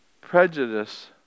prejudice